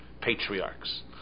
patriarchs